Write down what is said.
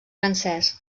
francès